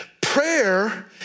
Prayer